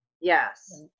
Yes